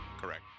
correct